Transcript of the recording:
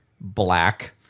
black